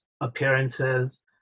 appearances